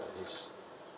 is